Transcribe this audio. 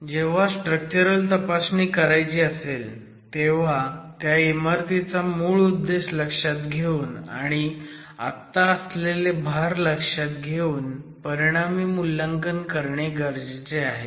जेव्हा स्ट्रक्चरल तपासणी करायची असेल तेव्हा त्या इमारतीचा मूळ उद्देश लक्षात घेऊन आणि आत्ता असलेले भार लक्षात घेऊन परिणामी मूल्यांकन करणे गरजेचे आहे